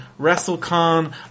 WrestleCon